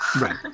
Right